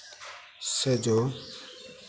से जो